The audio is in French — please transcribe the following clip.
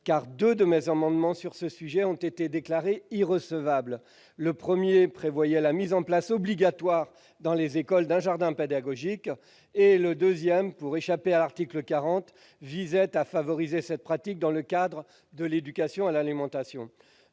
car deux de mes amendements sur ce sujet ont été déclarés irrecevables. Le premier prévoyait la mise en place obligatoire, dans les écoles, d'un jardin pédagogique. Le second, pour échapper à l'article 40 de la Constitution, visait à favoriser cette pratique dans le cadre de l'éducation à l'alimentation.